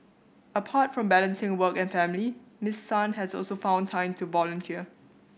apart from balancing work and family Miss Sun has also found time to volunteer